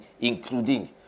including